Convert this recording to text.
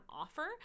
offer